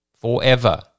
Forever